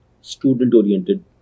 student-oriented